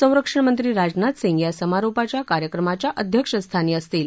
संरक्षण मंत्री राजनाथ सिंग या समारोपाच्या कार्यक्रमाच्या अध्यक्षस्थानी असतील